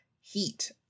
heat